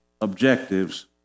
objectives